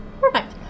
Perfect